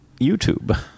YouTube